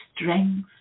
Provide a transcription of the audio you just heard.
strength